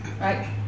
right